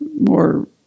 more